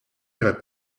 irait